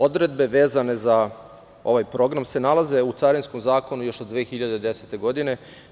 Odredbe vezane za ovaj program se nalaze u Carinskom zakonu još od 2010. godine.